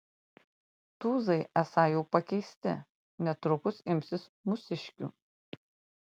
tūzai esą jau pakeisti netrukus imsis mūsiškių